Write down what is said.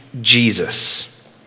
Jesus